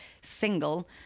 single